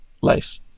life